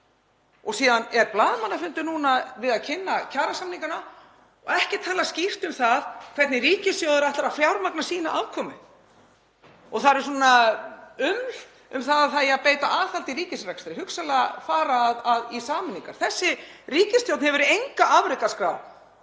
Síðan er blaðamannafundur núna til að kynna kjarasamningana og ekki talað skýrt um það hvernig ríkissjóður ætlar að fjármagna sína aðkomu. Það er svona uml um að beita eigi aðhaldi í ríkisrekstri, hugsanlega fara í sameiningar. Þessi ríkisstjórn hefur enga afrekaskrá